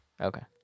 Okay